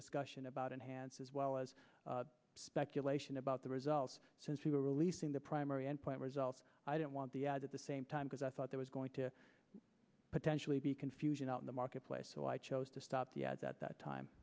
discussion about enhanced as well as speculation about the results since we were releasing the primary endpoint results i don't want the ad at the same time because i thought there was going to potentially be confusion out in the marketplace so i chose to stop the ads at that time